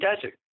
desert